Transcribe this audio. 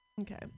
Okay